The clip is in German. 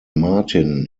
martin